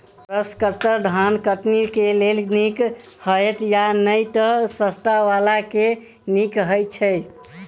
Brush cutter धान कटनी केँ लेल नीक हएत या नै तऽ सस्ता वला केँ नीक हय छै?